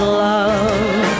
love